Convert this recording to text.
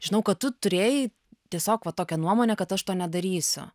žinau kad tu turėjai tiesiog va tokią nuomonę kad aš to nedarysiu